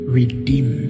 redeem